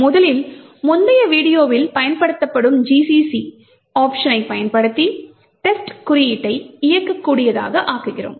முதலில் முந்தைய வீடியோவில் பயன்படுத்தப்படும் gcc ஒப்க்ஷனை பயன்படுத்தி டெஸ்ட் குறியீட்டை இயக்கக்கூடியதாக ஆக்குகிறோம்